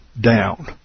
down